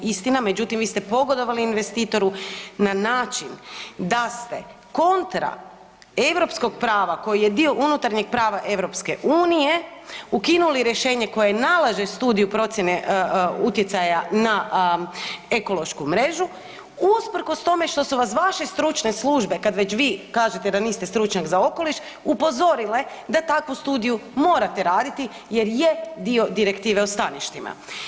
Istina, međutim vi ste pogodovali investitoru na način da ste kontra europskog prava koji je dio unutarnjeg prava EU ukinuli rješenje koje nalaže studiju procijene utjecaja na ekološku mrežu usprkos tome što su vas vaše stručne službe, kad već vi kažete da niste stručnjak za okoliš, upozorile da takvu studiju morate raditi jer je dio Direktive o staništima.